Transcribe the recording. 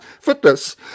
fitness